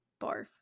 barf